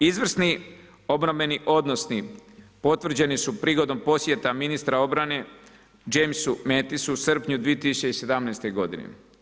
Izvrsni obrambeni odnosi potvrđeni su prigodom posjeta ministra obrane Jamesu Mattisu u srpnju 2017. godine.